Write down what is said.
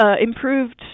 improved